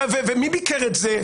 מי ביקר את זה?